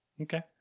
Okay